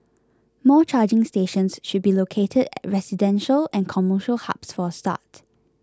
more charging stations should be located at residential and commercial hubs for a start